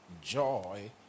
joy